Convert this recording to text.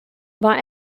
war